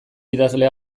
idazlea